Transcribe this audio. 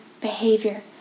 behavior